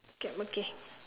cap okay